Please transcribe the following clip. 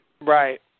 right